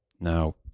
Now